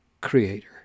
creator